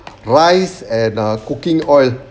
rice and ah cooking oil